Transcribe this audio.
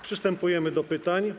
Przystępujemy do pytań.